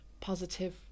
positive